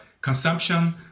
consumption